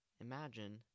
Imagine